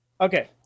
Okay